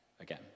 again